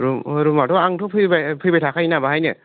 room रुमाथ' आंथ' फैबाय फैबाय थाखायोना बाहायनो